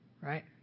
right